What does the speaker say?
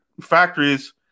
factories